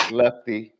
lefty